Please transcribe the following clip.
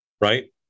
right